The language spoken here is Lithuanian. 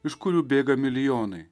iš kurių bėga milijonai